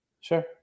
sure